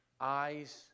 eyes